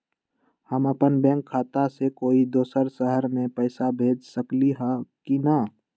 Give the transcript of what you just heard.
हम अपन बैंक खाता से कोई दोसर शहर में पैसा भेज सकली ह की न?